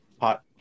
hot